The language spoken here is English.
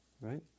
right